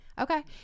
Okay